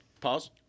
Pause